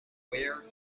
where